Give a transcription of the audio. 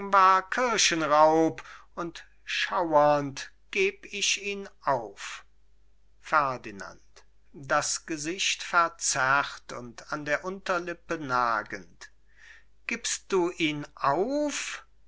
kirchenraub und schaudernd geb ich ihn auf ferdinand das gesicht verzerrt und an der unterlippe nagend gibst du ihn auf